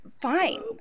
fine